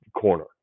corner